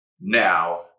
now